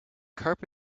carpet